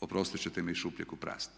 oprostit ćete mi iz šupljeg u prazno.